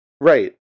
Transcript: Right